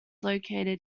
located